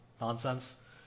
nonsense